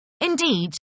Indeed